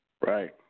right